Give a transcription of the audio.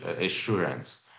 assurance